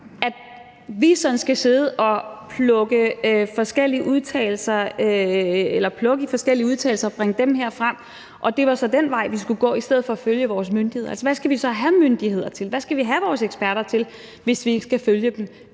Vi skal sådan sidde og plukke i forskellige udtalelser og bringe dem frem – og det var så den vej, vi skulle gå – i stedet for at følge vores myndigheder. Altså, hvad skal vi så have myndigheder til? Hvad skal vi have vores eksperter til, hvis vi ikke skal følge dem?